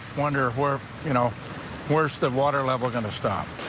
wonder were you know worse, the water level going to stop.